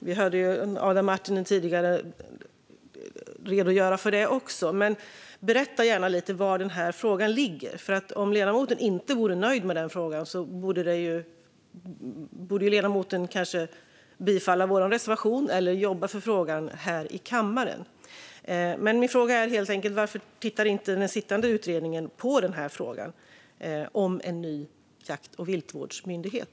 Vi hörde Adam Marttinen tidigare redogöra för det här också, men berätta gärna lite om var frågan ligger! Om ledamoten inte vore nöjd med frågan borde han kanske bifalla vår reservation eller jobba för frågan här i kammaren. Min fråga är helt enkelt: Varför tittar inte den sittande utredningen på frågan om en ny jakt och viltvårdsmyndighet?